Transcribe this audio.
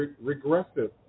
regressive